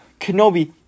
Kenobi